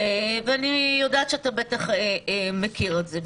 ואני יודעת שאתה בטח מכיר את זה.